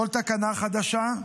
כל תקנה חדשה,